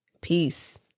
Peace